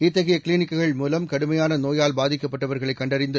இத்தகைய கிளினிக்குகள் மூலம் கடுமையான நோயால் பாதிக்கப்பட்டவர்களை கண்டறிந்து